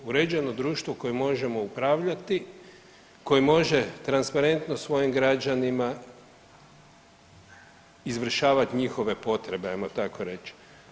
Uređeno društvo kojim možemo upravljati, koji može transparentno svojim građanima izvršavati njihove potrebe ajmo tako reći.